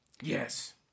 Yes